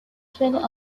spelling